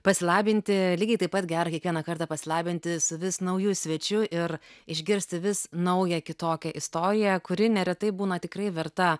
pasilabinti lygiai taip pat gera kiekvieną kartą pasilabinti su vis nauju svečiu ir išgirsti vis naują kitokią istoriją kuri neretai būna tikrai verta